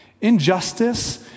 Injustice